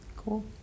Cool